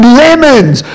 lemons